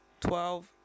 Twelve